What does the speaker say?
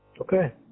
okay